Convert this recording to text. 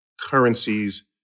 currencies